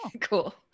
Cool